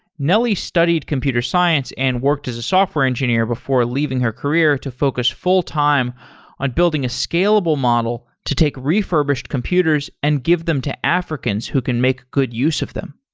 nelly studied computer science and worked as a software engineer before leaving her career to focus full-time on building a scalable model to take refurbished computers and give them to africans who can make good use of them.